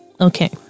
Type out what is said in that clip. okay